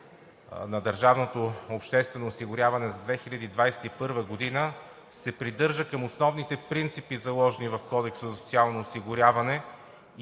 на държавното обществено осигуряване за 2021 г. се придържа към основните принципи, заложени в Кодекса за социално осигуряване,